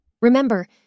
Remember